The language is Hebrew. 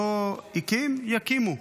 לא הקים, יקימו.